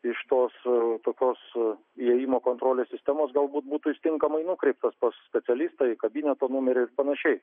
iš tos tokios įėjimo kontrolės sistemos galbūt būtų jis tinkamai nukreiptas pas specialistą į kabineto numerį ir panašiai